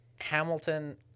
Hamilton